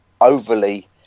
Overly